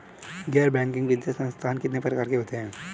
गैर बैंकिंग वित्तीय संस्थान कितने प्रकार के होते हैं?